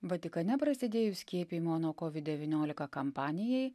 vatikane prasidėjus skiepijimo nuo kovid devyniolika kampanijai